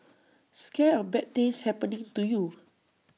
scared of bad things happening to you